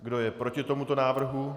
Kdo je proti tomuto návrhu?